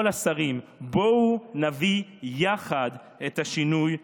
השרים: בואו נביא יחד את השינוי המיוחל.